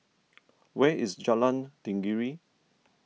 where is Jalan Tenggiri